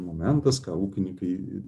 momentas ką ūkininkai ir